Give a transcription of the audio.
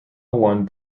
one